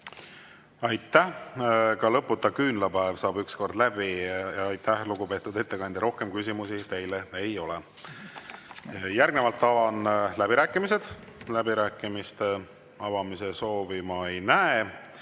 Aitäh! Ka lõputu küünlapäev saab ükskord läbi. Aitäh, lugupeetud ettekandja! Rohkem küsimusi teile ei ole. Järgnevalt avan läbirääkimised. Läbirääkimiste soovi ma ei näe.